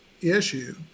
issue